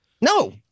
No